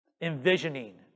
Envisioning